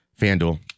FanDuel